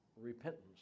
repentance